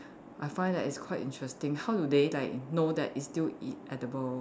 I find that it's quite interesting how do they like know that it's still edible